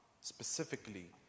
specifically